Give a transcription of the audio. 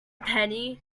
penny